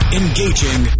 engaging